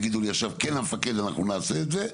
כן המפקד, אנחנו נעשה את זה.